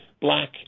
black